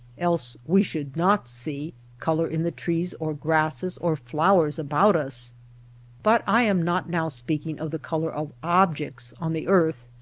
else we should not see color in the trees or grasses or flowers about us but i am not now speaking of the color of objects on the earth,